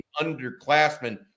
underclassmen